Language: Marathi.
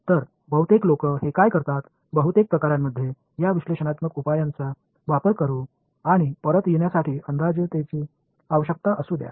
तर बहुतेक लोक हे काय करतात बहुतेक प्रकरणांमध्ये या विश्लेषणात्मक उपायांचा वापर करू आणि परत येण्यासाठी अंदाजेतेची आवश्यकता असू द्या